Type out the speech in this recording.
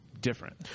different